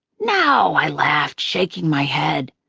no, i laughed, shaking my head.